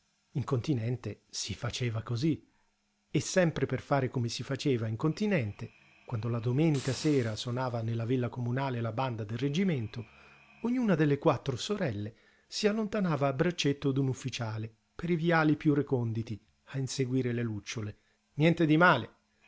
in continente si faceva cosí e sempre per fare come si faceva in continente quando la domenica sera sonava nella villa comunale la banda del reggimento ognuna delle quattro sorelle si allontanava a braccetto d'un ufficiale per i viali piú reconditi a inseguire le lucciole niente di male